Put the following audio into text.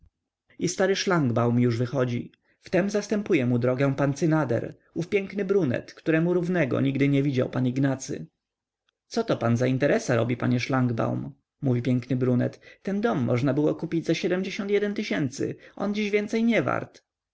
i stary szlangbaum już wychodzi wtem zastępuje mu drogę pan cynader ów piękny brunet któremu równego nigdy nie widział pan ignacy co to pan za interesa robi panie szlangbaum mówi piękny brunet ten dom można było kupić za siedmdziesiąt jeden tysięcy on dziś więcej nie wart